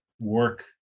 work